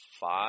five